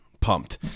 pumped